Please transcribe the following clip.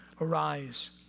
arise